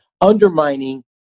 undermining